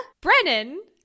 Brennan